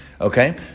okay